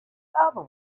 other